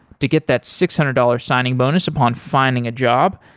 to get that six hundred dollars signing bonus upon finding a job,